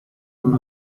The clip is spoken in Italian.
non